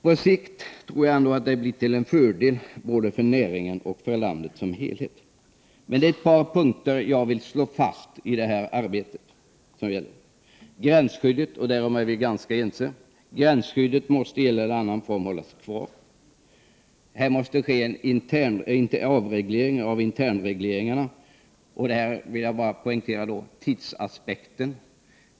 På sikt tror jag ändå att det blir till fördel både för näringen och för landet som helhet. Jag vill emellertid slå fast ett par punkter i detta arbete. Gränsskyddet, om vilket vi är ganska ense, måste i en eller annan form bibehållas. Det måste ske en avreglering av internregleringarna. I detta sammanhang vill jag poängtera tidsaspekten.